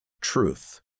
truth